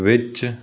ਵਿੱਚ